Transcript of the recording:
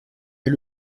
est